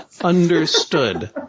Understood